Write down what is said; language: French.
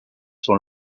sont